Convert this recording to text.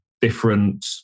different